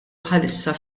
bħalissa